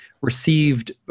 received